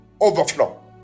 overflow